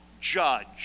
judge